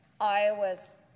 Iowa's